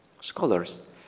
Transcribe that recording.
Scholars